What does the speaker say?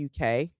UK